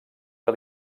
que